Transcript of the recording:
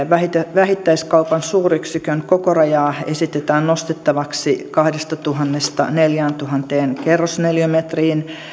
vähittäiskaupan suuryksikön kokorajaa esitetään nostettavaksi kahdestatuhannesta neljääntuhanteen kerrosneliömetriin